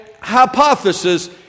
hypothesis